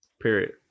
Period